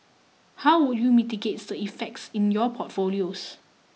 how would you mitigate the effects in your portfolios